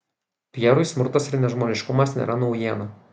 pierui smurtas ir nežmoniškumas nėra naujiena